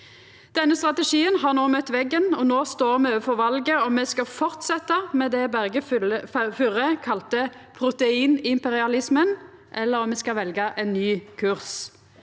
Denne strategien har no møtt veggen, og no står me overfor valet om me skal fortsetja med det Berge Furre kalla proteinimperialismen, eller om me skal velja ein ny kurs.